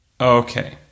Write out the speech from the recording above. Okay